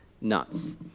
nuts